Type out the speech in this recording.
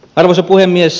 arvoisa puhemies